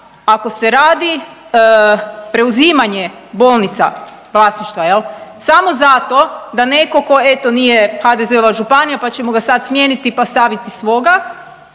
ako se radi preuzimanje bolnica, vlasništva jel' samo zato da netko tko eto nije HDZ-ova županija, pa ćemo ga sad smijeniti pa staviti svoga